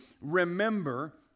remember